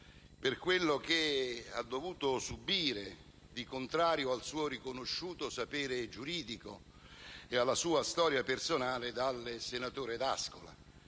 per quello che ha dovuto subire di contrario al suo riconosciuto sapere giuridico e alla sua storia personale da parte del senatore D'Ascola,